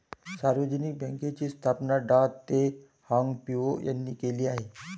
सार्वजनिक बँकेची स्थापना डॉ तेह हाँग पिओ यांनी केली आहे